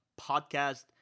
podcast